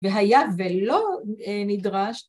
‫והיה, ולא נדרש...